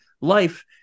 life